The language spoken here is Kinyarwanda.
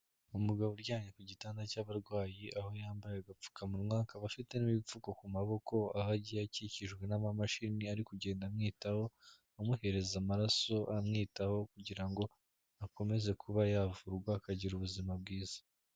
Umugabo uryamye ku gitanda cy'abarwayi, aho yambaye agapfukamunwa, akaba afitemo n'ibipfuko ku maboko, aho agiye akikijwe n'amamashini ari kugenda amwitaho, amuhereza amaraso amwitaho, kugira ngo akomeze kuba yavurwa akagira ubuzima bwiza.